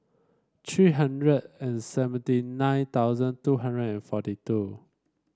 three hundred and seventy nine thousand two hundred and forty two